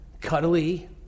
cuddly